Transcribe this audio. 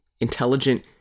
intelligent